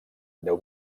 deu